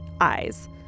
eyes